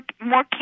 more